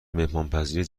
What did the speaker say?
مهمانپذیر